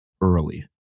early